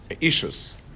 issues